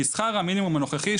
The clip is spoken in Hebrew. כי שכר המינימום הנוכחי,